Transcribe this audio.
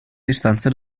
distanze